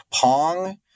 Pong